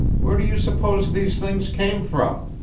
where do you suppose these things came from?